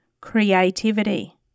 creativity